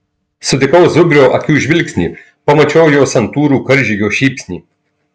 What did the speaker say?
sutikau zubrio akių žvilgsnį pamačiau jo santūrų karžygio šypsnį